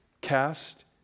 Cast